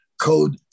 code